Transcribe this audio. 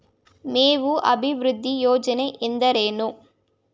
ಮೇವು ಅಭಿವೃದ್ಧಿ ಯೋಜನೆ ಎಂದರೇನು?